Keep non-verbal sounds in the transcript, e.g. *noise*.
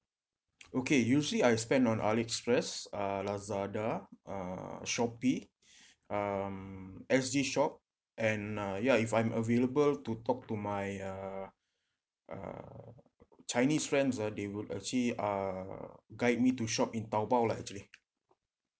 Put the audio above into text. okay usually I spend on ali express uh lazada uh shopee *breath* um S_G shop and uh ya if I'm available to talk to my uh uh chinese friends ah they would uh guide me to shop in taobao lah actually